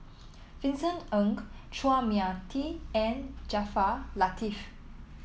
Vincent Ng Chua Mia Tee and Jaafar Latiff